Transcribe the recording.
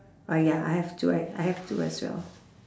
ah ya I have two I I have two as well